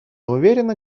уверена